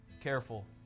careful